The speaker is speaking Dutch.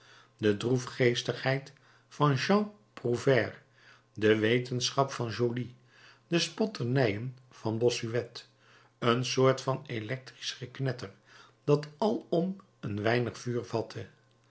de droefgeestigheid van jean prouvaire de wetenschap van joly de spotternijen van bossuet een soort van electrisch geknetter dat alom een weinig vuur vatte